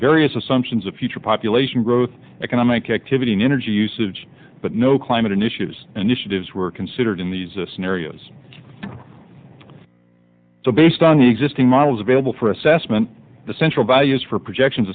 various assumptions of future population growth economic activity and energy usage but no climate in issues and issues were considered in these scenarios based on the existing models available for assessment the central values for projections